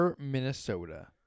Minnesota